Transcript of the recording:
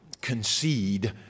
concede